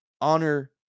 honor